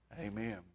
Amen